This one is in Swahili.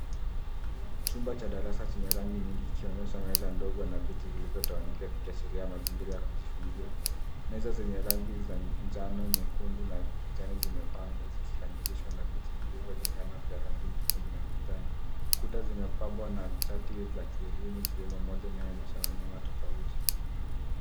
Chumba cha darasa chenye rangi nyingi ikionyesha meza na viti vilivyotawanyika vikiashiria mazingira ya kujifunzia. Meza zenye rangi za njano, nyekundu na kijani zimepangwa zikikamilishwa na viti vilivyolingana vya rangi nyekundu na kijani. Kuta zimepambwa na chati za kielimu ikiwemo moja inayoonyesha wanyama tofauti.